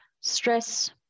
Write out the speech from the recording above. stress